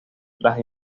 las